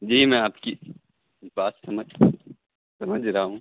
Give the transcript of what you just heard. جی میں آپ کی بات سمجھ سمجھ رہا ہوں